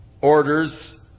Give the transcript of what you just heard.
orders